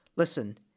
Listen